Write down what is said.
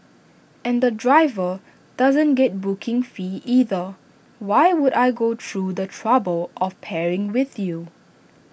and the driver doesn't get booking fee either why would I go through the trouble of pairing with you